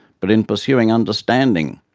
but in pursuing understanding,